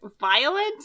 Violent